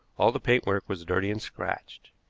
all the paint work was dirty and scratched.